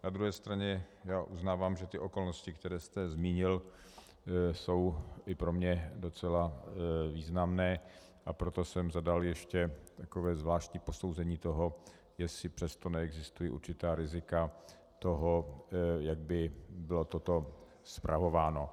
Na druhé straně uznávám, že okolnosti, které jste zmínil, jsou i pro mne docela významné, a proto jsem zadal takové zvláštní posouzení toho, jestli přesto neexistují určitá rizika toho, jak by bylo toto spravováno.